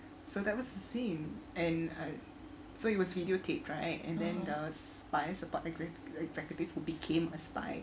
so that was the scene and uh so he was videotaped right and then the spies exec~ executive who became a spy